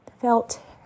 felt